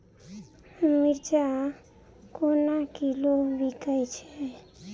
मिर्चा केना किलो बिकइ छैय?